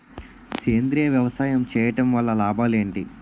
సేంద్రీయ వ్యవసాయం చేయటం వల్ల లాభాలు ఏంటి?